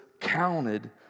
counted